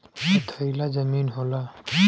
पथरीला जमीन होला